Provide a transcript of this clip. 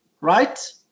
right